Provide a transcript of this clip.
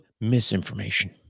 misinformation